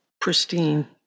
Pristine